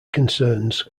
concerns